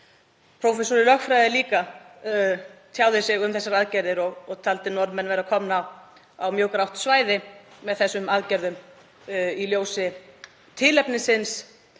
Prófessor í lögfræði tjáði sig líka um þessar aðgerðir og taldi Norðmenn vera komna á mjög grátt svæði með þessum aðgerðum í ljósi tilefnins